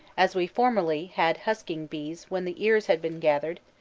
as we formerly had husking-bees when the ears had been garnered,